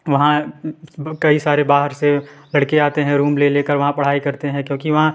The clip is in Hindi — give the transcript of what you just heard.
वहाँ कई सारे बाहर से लड़के आते है रूम ले लेकर वहाँ पढ़ाई करते हैं क्योंकि वहाँ